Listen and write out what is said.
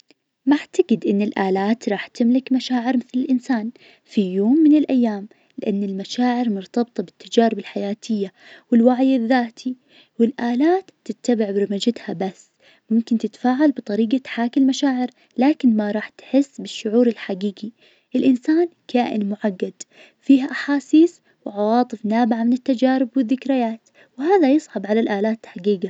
ما أعتقد إن الآلات راح تملك مشاعر مثل الإنسان في يوم من الأيام لأن المشاعر مرتبطة بالتجارب الحياتية والوعي الذاتي والآلات تتبع برمجتها بس. ممكن تتفاعل بطريقة تحاكي المشاعر لكن ما راح تحس بالشعور الحقيقي الإنسان كائن معقد فيه أحاسيس وعواطف نابعة من التجارب والذكريات وهذا يصعب على الآلات تحقيقة.